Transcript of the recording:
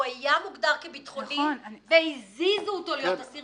הוא היה מוגדר כביטחוני והזיזו אותו להיות אסיר